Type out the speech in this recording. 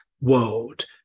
world